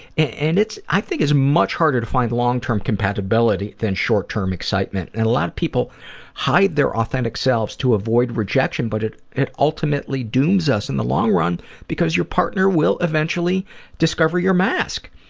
and i think it's much harder to find long-term compatibility than short-term excitement. and a lot of people hide their authentic selves to avoid rejection but it it ultimately dooms us in the long run because your partner will eventually discover your mask.